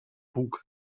bug